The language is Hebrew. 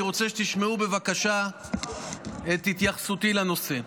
אני רוצה שתשמעו בבקשה את התייחסותי לנושא.